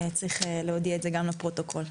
צריך להודיע את זה גם לפרוטוקול.